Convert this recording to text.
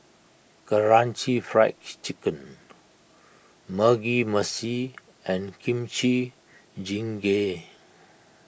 Karaage Fried Chicken Mugi Meshi and Kimchi Jjigae